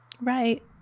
Right